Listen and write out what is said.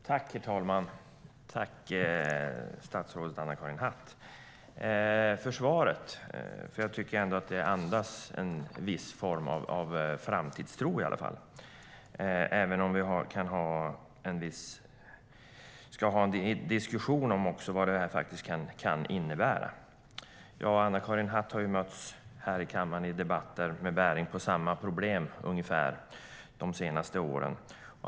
Herr talman! Jag tackar statsrådet Anna-Karin Hatt för svaret. Jag tycker att det andas en viss form av framtidstro, även om vi ska ha en diskussion om vad detta kan innebära. Jag och Anna-Karin Hatt har mötts här i kammaren i debatter med bäring på ungefär samma problem de senaste åren.